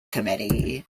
committee